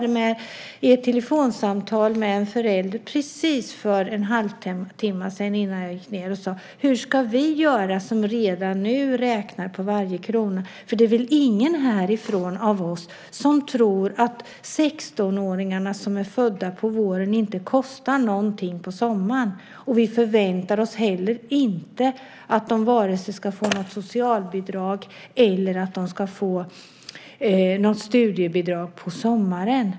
Jag hade ett telefonsamtal för bara en halvtimme sedan med en förälder som sade: Hur ska vi göra som redan nu räknar på varje krona? Det är väl ingen av oss som tror att de 16-åringar som är födda på våren inte kostar någonting på sommaren. Vi förväntar oss heller inte att de ska få socialbidrag eller studiebidrag på sommaren.